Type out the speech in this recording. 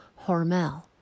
Hormel